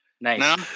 Nice